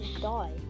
die